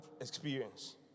experience